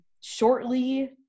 shortly